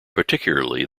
particularly